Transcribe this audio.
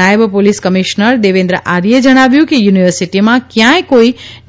નાયબ police commissioner Devendra આર્યે જણાવ્યું કે યુનિવર્સિટીમાં કયાંય કોઇ